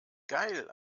geil